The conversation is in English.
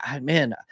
man